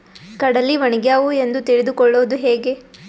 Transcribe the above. ಕಡಲಿ ಒಣಗ್ಯಾವು ಎಂದು ತಿಳಿದು ಕೊಳ್ಳೋದು ಹೇಗೆ?